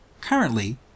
Currently